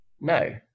No